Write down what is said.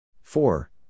four